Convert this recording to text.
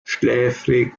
schläfrig